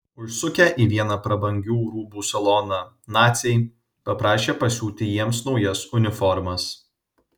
užsukę į vieną prabangių rūbų saloną naciai paprašė pasiūti jiems naujas uniformas